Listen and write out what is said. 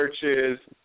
churches